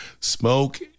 Smoke